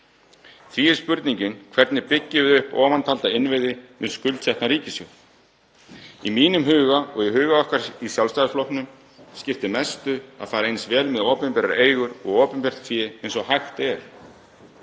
Því er spurningin: Hvernig byggjum við upp ofantalda innviði með skuldsettan ríkissjóð? Í mínum huga og í huga okkar í Sjálfstæðisflokknum skiptir mestu að fara eins vel með opinberar eigur og opinbert fé og hægt er.